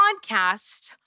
podcast